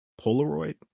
Polaroid